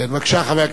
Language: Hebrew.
מכובדי השר,